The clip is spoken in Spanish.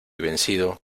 vencido